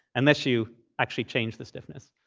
unless you actually change the stiffness.